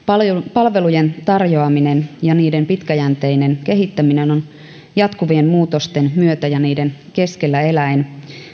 palvelujen tarjoaminen ja niiden pitkäjänteinen kehittäminen on jatkuvien muutosten myötä ja niiden keskellä eläen